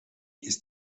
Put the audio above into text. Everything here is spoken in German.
ist